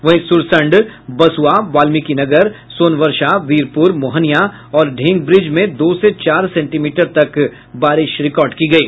वहीं सुरसंड बसुआ वाल्मीकीनगर सोनवर्षा वीरपुर मोहनियां और ढेंग ब्रिज में दो से चार सेंटीमीटर तक बारिश रिकार्ड की गयी